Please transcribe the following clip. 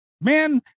Man